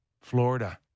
Florida